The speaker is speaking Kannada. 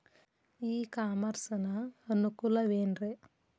ಇ ಕಾಮರ್ಸ್ ನ ಅನುಕೂಲವೇನ್ರೇ?